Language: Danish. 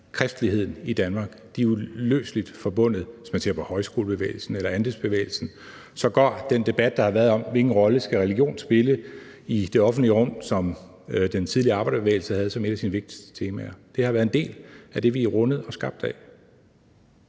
kristeligheden i Danmark. De er uløseligt forbundet. Hvis man ser på højskolebevægelsen eller andelsbevægelsen, så har man haft den debat om, hvilken rolle religion skal spille i det offentlige rum, og det var også noget, som den tidligere arbejderbevægelse havde som et af sine vigtigste temaer. Det har været en del af det, vi er rundet og skabt af.